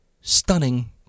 stunning